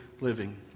living